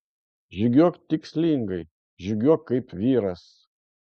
žygiuok tikslingai žygiuok kaip vyras